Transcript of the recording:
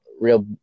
real